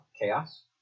Chaos